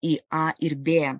į a ir b